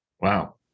Wow